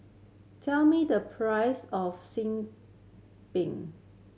tell me the price of xin Bin